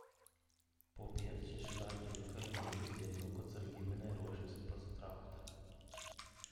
popiet šeši dar gyvi kaliniai girdėjo kad sargybiniai ruošiasi pasitraukti